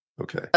Okay